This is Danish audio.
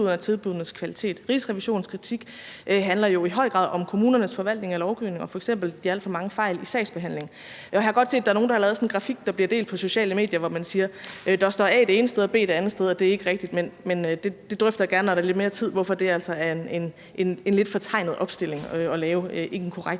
Rigsrevisionens kritik handler jo i høj grad om kommunernes forvaltning af lovgivningen og f.eks. de alt for mange fejl i sagsbehandlingen. Jeg har godt set, at der er nogle, der har lavet sådan en grafik, der bliver delt på sociale medier, hvor man siger, at der står A det ene sted og B det andet sted, og at det ikke er rigtigt, men det drøfter jeg gerne, når der er lidt mere tid, altså hvorfor det er en lidt fortegnet opstilling at lave af den korrekte